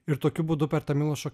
ir tokiu būdu per tą milošo